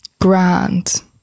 grand